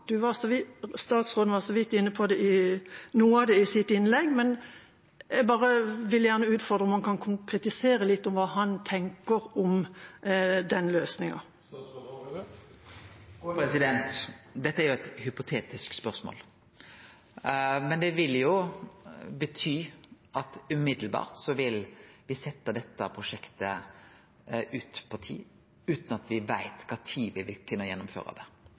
Statsråden var så vidt inne på noe av det i sitt innlegg, men jeg vil gjerne utfordre ham på om han kan konkretisere litt hva han tenker om den løsningen. Dette er jo eit hypotetisk spørsmål. Men det vil jo bety at me vil setje dette prosjektet ut i tid, utan at me veit når me vil kunne gjennomføre det. No står altså Statens vegvesen, som har jobba veldig godt med dette prosjektet, klare til å gå i gang. Det